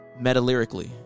Metalyrically